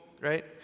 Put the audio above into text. right